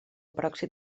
peròxid